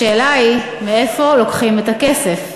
השאלה היא מאיפה לוקחים את הכסף.